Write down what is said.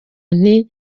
nti